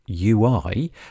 UI